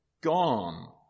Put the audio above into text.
gone